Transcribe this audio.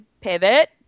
pivot